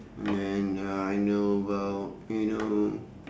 then uh I know about you know